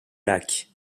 lac